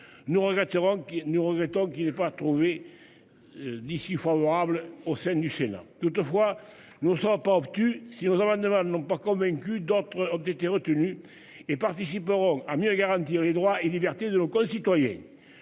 nous tant qu'il n'est pas trouvé. D'ici favorable au sein du Sénat toutefois nous ne sera pas obtus, si nos amendements n'ont pas convaincu. D'autres ont été retenus et participeront à mieux garantir les droits et libertés de nos concitoyens.